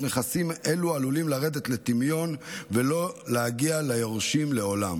נכסים אלו עלולים לרדת לטמיון ולא להגיע ליורשים לעולם.